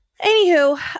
Anywho